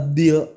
deal